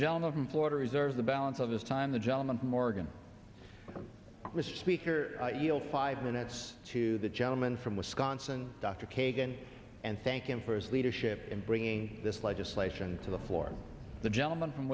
gentleman from florida reserve the balance of this time the gentleman from oregon mr speaker i yield five minutes to the gentleman from wisconsin dr kagan and thank him for his leadership in bringing this legislation to the floor the gentleman from